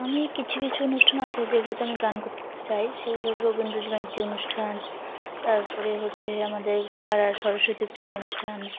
আমি কিছু কিছু অনুষ্ঠান আছে যেগুলোতে আমি গান করতে চাই সেগুলো রবীন্দ্র জয়ন্তী অনুষ্ঠান তারপরে হচ্ছে আমাদের পাড়ার সরস্বতী পুজোর অনুষ্ঠান